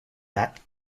bat